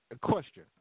question